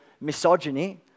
misogyny